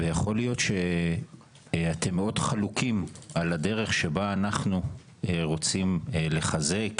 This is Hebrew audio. ויכול להיות שאתם מאוד חלוקים על הדרך שבה אנחנו רוצים לחזק,